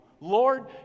Lord